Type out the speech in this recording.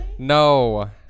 No